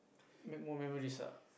make more memories ah